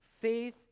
faith